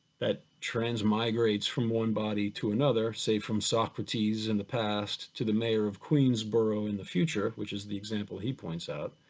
that transmigrates from one body to another, say from socrates in the past to the mayor of queensboro in the future, which is the example he points out,